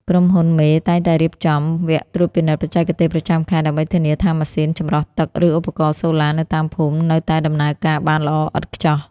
ក្រុមហ៊ុនមេតែងតែរៀបចំ "វគ្គត្រួតពិនិត្យបច្ចេកទេសប្រចាំខែ" ដើម្បីធានាថាម៉ាស៊ីនចម្រោះទឹក ឬឧបករណ៍សូឡានៅតាមភូមិនៅតែដំណើរការបានល្អឥតខ្ចោះ។